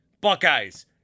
Buckeyes